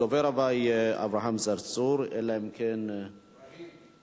הדובר הבא יהיה אברהם צרצור, אלא אם כן, אברהים.